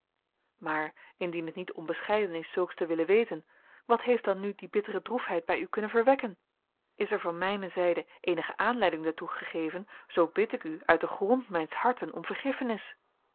maar indien het niet onbescheiden is zulks te willen weten wat heeft dan nu die bittere droefheid bij u kunnen verwekken is er van mijne zijde eenige aanleiding daartoe gegeven zoo bid ik u uit den grond mijns harten om vergiffenis